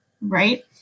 right